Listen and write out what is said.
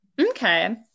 Okay